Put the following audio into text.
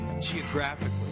geographically